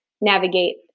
navigate